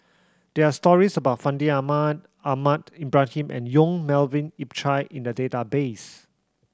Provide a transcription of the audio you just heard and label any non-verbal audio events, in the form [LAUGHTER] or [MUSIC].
there are stories about Fandi [UNINTELLIGIBLE] Ahmad Ahmad Ibrahim and Yong Melvin Yik Chye in the database